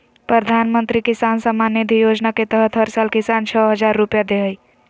प्रधानमंत्री किसान सम्मान निधि योजना के तहत हर साल किसान, छह हजार रुपैया दे हइ